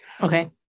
Okay